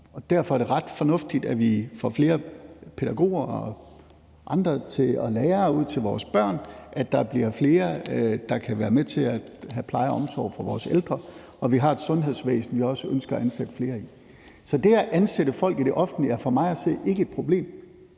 derfor er det ret fornuftigt, at vi får flere pædagoger og lærere ud til vores børn, at der bliver flere, der kan være med til at yde pleje og omsorg til vores ældre, og at vi også har et sundhedsvæsen, som vi ønsker at ansætte flere i. Så det at ansætte folk i det offentlige er for mig at se ikke et problem,